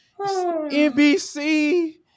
NBC